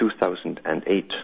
2008